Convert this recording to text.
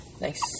Nice